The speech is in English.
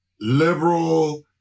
Liberal